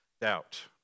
doubt